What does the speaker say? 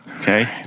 Okay